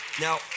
Now